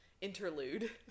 interlude